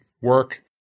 work